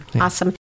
Awesome